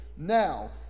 Now